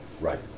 right